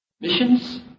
Missions